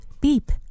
beep